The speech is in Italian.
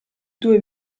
due